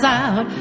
out